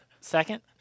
Second